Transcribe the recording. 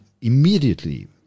immediately